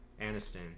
Aniston